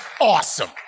awesome